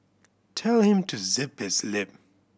tell him to zip his lip